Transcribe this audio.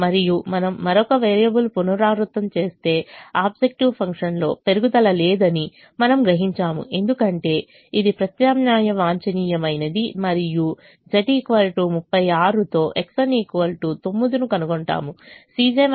మరియు మనము మరొక సింప్లెక్స్ పునరావృతం చేస్తే ఆబ్జెక్టివ్ ఫంక్షన్లో పెరుగుదల లేదని మనము గ్రహించాము ఎందుకంటే ఇది ప్రత్యామ్నాయ వాంఛనీయమైనది మరియు z 36 తో X1 9 ను కనుగొంటాము